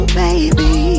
baby